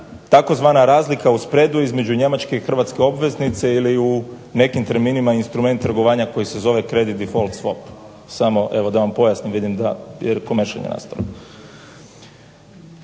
Tzv. razlika u spredu između njemačke i hrvatske obveznice ili u nekim terminima instrument trgovanja koji se zove kredite default …/Govornik se ne razumije./… samo evo da vam pojasnim, vidim da je komešanje nastalo.